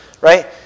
right